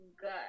good